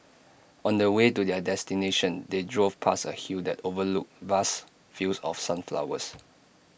on the way to their destination they drove past A hill that overlooked vast fields of sunflowers